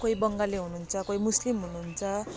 कोही बङ्गाली हुनु हुन्छ कोही मुस्लिम हुनु हुन्छ